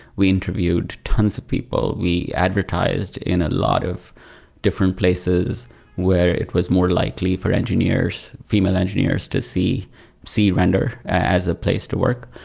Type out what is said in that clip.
we interviewed tons of people. we advertised in a lot of different places where it was more likely for female engineers to see see render as a place to work.